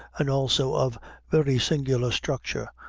and also of very singular structure,